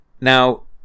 now